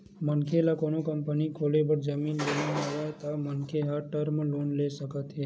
मनखे ल कोनो कंपनी खोले बर जमीन लेना हवय त मनखे ह टर्म लोन ले सकत हे